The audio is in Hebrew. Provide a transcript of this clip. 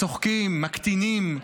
צוחקים, מקטינים.